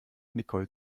nicole